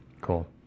Cool